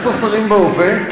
איפה שרים בהווה?